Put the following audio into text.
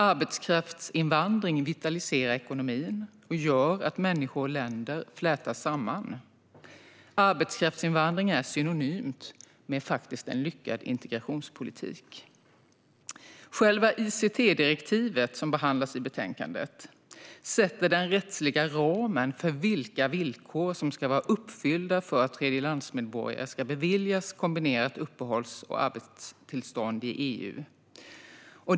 Arbetskraftsinvandring vitaliserar ekonomin och gör att människor och länder flätas samman. Arbetskraftsinvandring är synonymt med en lyckad integrationspolitik. Själva ICT-direktivet, som vi behandlar i betänkandet, sätter den rättsliga ramen för vilka villkor som ska vara uppfyllda för att tredjelandsmedborgare ska beviljas kombinerat uppehålls och arbetstillstånd i EU.